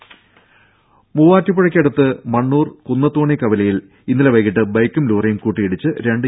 രുര മുവാറ്റുപുഴയ്ക്കടുത്ത് മണ്ണൂർ കുന്നത്തോണി കവലയിൽ ഇന്നലെ വൈകിട്ട് ബൈക്കും ലോറിയും കൂട്ടിയിടിച്ച് രണ്ട് യുവാക്കൾ മരിച്ചു